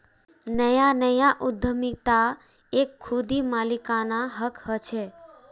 नया नया उद्दमितात एक खुदी मालिकाना हक़ होचे